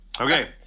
okay